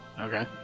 Okay